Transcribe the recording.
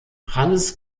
hannes